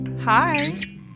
Hi